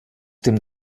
dem